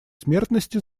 смертности